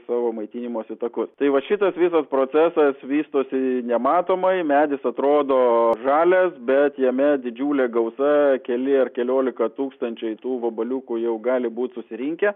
savo maitinimosi takus tai va šitas visas procesas vystosi nematomai medis atrodo žalias bet jame didžiulė gausa keli ar keliolika tūkstančiai tų vabaliukų jau gali būt susirinkę